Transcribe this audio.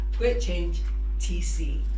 greatchangetc